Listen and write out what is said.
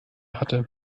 hatte